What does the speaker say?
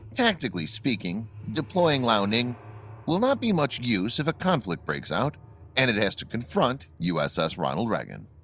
tactically speaking deploying liaoning will not be much use if a conflict breaks out and it has to confront uss ronald reagan.